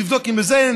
תבדוק אם לזה אין,